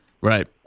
Right